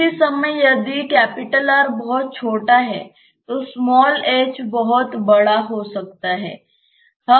उसी समय यदि R बहुत छोटा है तो h बहुत बड़ा हो सकता है